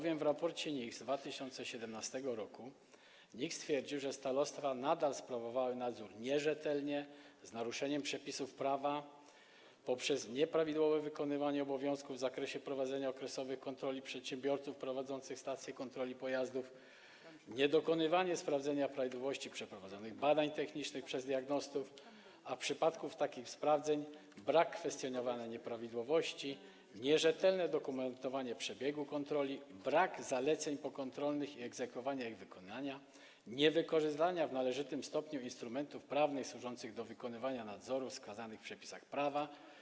W raporcie z 2017 r. NIK stwierdził, że starostwa nadal sprawowały nadzór nierzetelnie i z naruszeniem przepisów prawa poprzez nieprawidłowe wykonywanie obowiązków w zakresie prowadzenia okresowych kontroli przedsiębiorców prowadzących stacje kontroli pojazdów, niedokonywanie sprawdzenia prawidłowości przeprowadzonych badań technicznych przez diagnostów, a w przypadku takich sprawdzeń - brak kwestionowania nieprawidłowości, nierzetelne dokumentowanie przebiegu kontroli, brak zaleceń pokontrolnych i egzekwowania ich wykonania, niewykorzystanie w należytym stopniu instrumentów prawnych służących do wykonywania nadzoru, wskazanych w przepisach prawa.